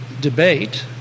debate